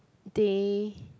day